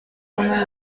una